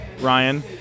Ryan